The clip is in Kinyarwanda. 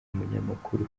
munyamakuru